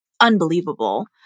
unbelievable